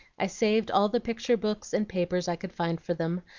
i saved all the picture-books and papers i could find for them,